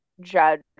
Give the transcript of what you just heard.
judge